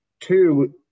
Two